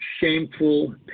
shameful